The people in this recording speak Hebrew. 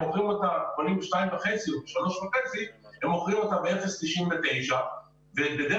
הם קונים אותה ב-2.5 או ב-3.5 ומוכרים אותה ב-0.99 ודרך